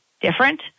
different